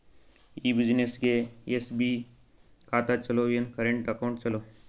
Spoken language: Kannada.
ಈ ಬ್ಯುಸಿನೆಸ್ಗೆ ಎಸ್.ಬಿ ಖಾತ ಚಲೋ ಏನು, ಕರೆಂಟ್ ಅಕೌಂಟ್ ಚಲೋ?